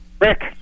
Rick